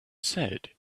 said